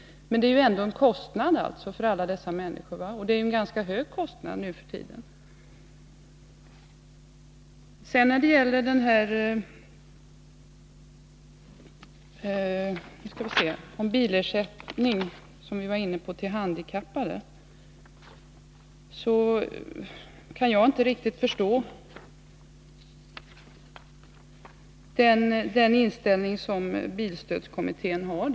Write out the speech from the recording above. Och det är ju ändå en kostnad — en ganska hög kostnad - för alla dessa människor. När det sedan gäller bilersättning till handikappade kan jag inte riktigt förstå den inställning som bilstödskommittén har.